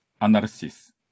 analysis